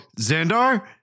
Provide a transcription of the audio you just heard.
Xandar